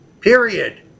period